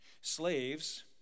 Slaves